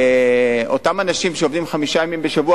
אותם אנשים שעובדים חמישה ימים בשבוע,